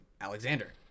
Alexander